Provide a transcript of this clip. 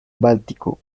báltico